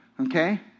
Okay